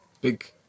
big